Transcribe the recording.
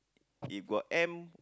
if got M